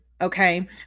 Okay